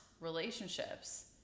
relationships